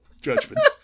judgment